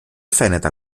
φαίνεται